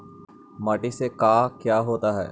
माटी से का क्या होता है?